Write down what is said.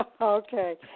Okay